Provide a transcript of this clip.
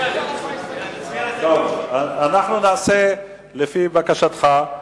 אנחנו נעשה לפי בקשתך.